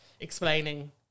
explaining